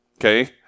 okay